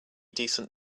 decent